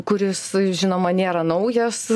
kuris žinoma nėra naujas